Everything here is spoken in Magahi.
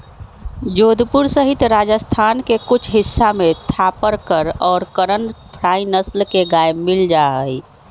जोधपुर सहित राजस्थान के कुछ हिस्सा में थापरकर और करन फ्राइ नस्ल के गाय मील जाहई